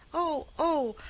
oh, oh,